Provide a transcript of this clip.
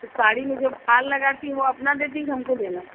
तो साड़ी में जो फाल लगाती हैं वह अपना देती हैं कि हमको देना है